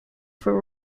for